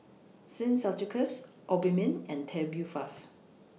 Sin Ceuticals Obimin and Tubifast